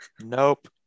nope